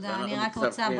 ברכה.